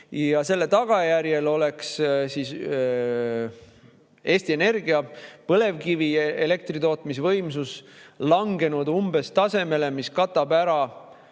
Selle tagajärjel oleks Eesti Energia põlevkivielektri tootmise võimsus langenud umbes sellisele tasemele, mis katab ära